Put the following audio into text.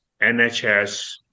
nhs